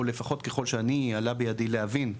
או לפחות ככל שאני עלה בידי להבין,